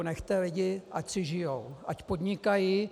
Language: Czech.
Nechte lidi, ať si žijí, ať podnikají.